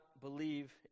believe